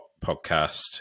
podcast